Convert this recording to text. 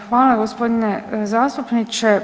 Hvala gospodine zastupniče.